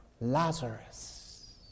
Lazarus